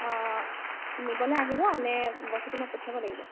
অঁ অঁ নিবলৈ আহিবনে বস্তুটো মই পঠিয়াব লাগিব